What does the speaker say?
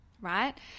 right